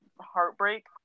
heartbreak